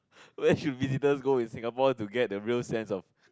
where should visitors go in Singapore to get a real sense of